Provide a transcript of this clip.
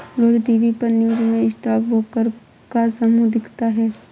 रोज TV पर news में stock broker का समूह दिखता है